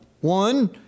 One